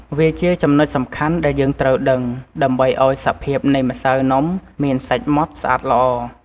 វាជាចំណុចសំខាន់ដែលយើងត្រូវដឹង ដើម្បីឱ្យសភាពនៃម្សៅនំមានសាច់ម៉ដ្ឋស្អាតល្អ។